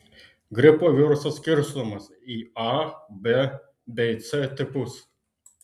gripo virusas skirstomas į a b bei c tipus